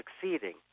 succeeding